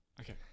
okay